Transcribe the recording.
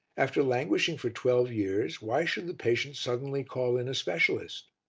after languishing for twelve years, why should the patient suddenly call in a specialist?